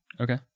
Okay